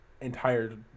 entire